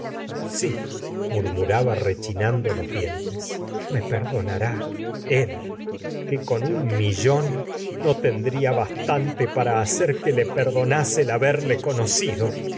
si murmuraba rechinando los dientes me perdonará el que con un millón no tendría bastan te para hacer que le perdonase el haberle conocí